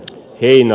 kiina